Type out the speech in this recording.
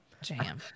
Jam